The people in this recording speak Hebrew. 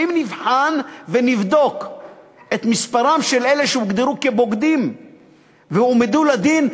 ואם נבחן ונבדוק את מספרם של אלה שהוגדרו כבוגדים והועמדו לדין,